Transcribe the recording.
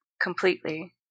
Completely